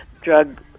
drug